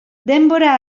denbora